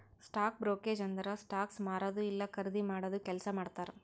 stock brokerage ಅಂದುರ್ stocks ಮಾರದು ಇಲ್ಲಾ ಖರ್ದಿ ಮಾಡಾದು ಕೆಲ್ಸಾ ಮಾಡ್ತಾರ್